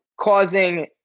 causing